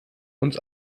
uns